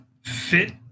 fit